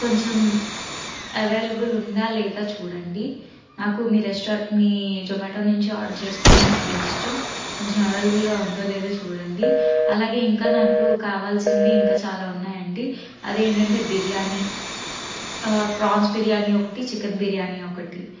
కొంచం అవైలబుల్ ఉందా లేదా చూడండి నాకు మీ రెస్టారెంట్ మీ జొమాటో నుంచి ఆర్డర్ చేసుకోవడం చాలా ఇష్టం కొంచం అవైలబుల్గా ఉందో లేదో చూడండి అలాగే ఇంకా నాకు కావాల్సినవి ఇంకా చాలా ఉన్నాయండి అది ఏంటంటే బిర్యానీ ఫ్రాన్స్ బిర్యానీ ఒకటి చికెన్ బిర్యానీ ఒకటి